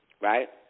right